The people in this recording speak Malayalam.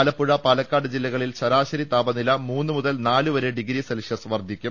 ആലപ്പുഴ പാലക്കാട് ജില്ലകളിൽ ശരാശരി താപനില മൂന്നു മുതൽ നാല് വരെ ഡിഗ്രി സെൽഷ്യസ് വർധി ക്കും